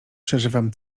przeżywam